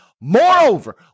moreover